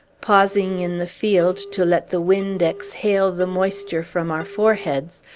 pausing in the field, to let the wind exhale the moisture from our foreheads,